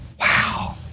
Wow